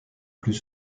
plus